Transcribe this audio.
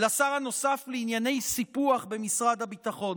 לשר הנוסף לענייני סיפוח במשרד הביטחון.